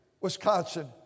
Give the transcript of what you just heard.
Wisconsin